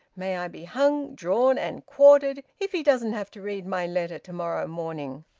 may i be hung, drawn, and quartered if he doesn't have to read my letter to-morrow morning!